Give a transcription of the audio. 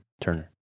Turner